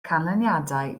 canlyniadau